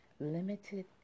limited